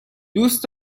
دوست